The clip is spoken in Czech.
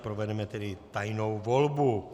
Provedeme tedy tajnou volbu.